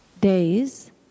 days